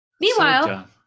Meanwhile